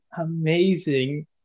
amazing